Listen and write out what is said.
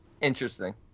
Interesting